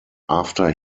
after